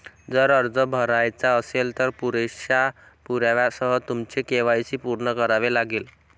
जर अर्ज भरायचा असेल, तर पुरेशा पुराव्यासह तुमचे के.वाय.सी पूर्ण करावे लागेल